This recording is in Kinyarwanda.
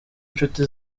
inshuti